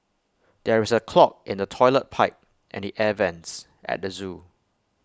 there is A clog in the Toilet Pipe and the air Vents at the Zoo